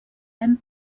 and